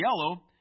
yellow